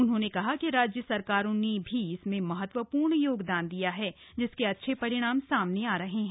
उन्होंने कहा कि राज्य सरकारों ने भी इसमें महत्वपूर्ण योगदान दिया है जिसके अच्छे परिणाम सामने आ रहे हैं